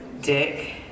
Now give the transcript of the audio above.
dick